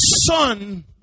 son